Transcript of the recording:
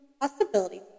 possibility